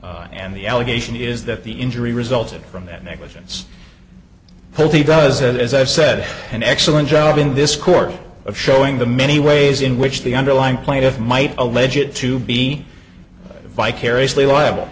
and the allegation is that the injury resulted from that negligence healthy does and as i've said an excellent job in this court of showing the many ways in which the underlying plaintiff might allege it to be vicariously liable